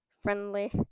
Friendly